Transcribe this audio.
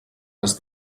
les